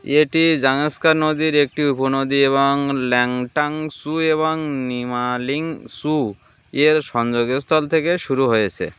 এটি জংস্কার নদীর একটি উপনদী এবং ল্যাংটাং সু এবং নিমালিং শু এর সংযোগের সস্থল থেকে শুরু হয়েছে